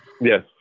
yes